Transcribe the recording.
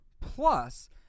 plus